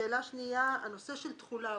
השאלה השנייה היא בנושא של תחולה,